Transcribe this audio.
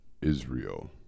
Israel